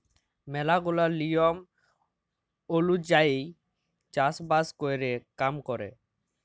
ম্যালা গুলা লিয়ম ওলুজায়ই চাষ বাস ক্যরে কাম ক্যরে